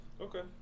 Okay